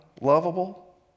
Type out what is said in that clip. lovable